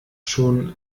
schon